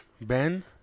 Ben